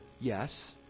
Yes